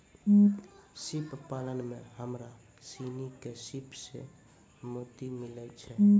सिप पालन में हमरा सिनी के सिप सें मोती मिलय छै